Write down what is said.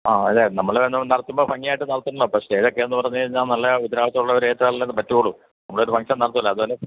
ആ അതെ നമ്മള് തന്നെ നടത്തുമ്പോള് ഭംഗിയായിട്ട് നടത്തണമല്ലോ അപ്പോള് സ്റ്റേജൊക്കെ എന്നു പറഞ്ഞുകഴിഞ്ഞാല് നല്ല ഉത്തരവാദിത്തം ഉള്ളവര് ഏറ്റാലല്ലേ അതു പറ്റുകയുള്ളു നമ്മളൊരു ഫങ്ക്ഷൻ നടത്തുകയല്ലേ അതും അല്ല